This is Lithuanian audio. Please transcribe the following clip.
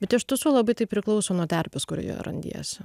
bet iš tiesų labai tai priklauso nuo terpės kurioje randiesi